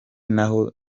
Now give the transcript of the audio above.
naho